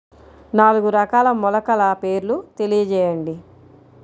నాలుగు రకాల మొలకల పేర్లు తెలియజేయండి?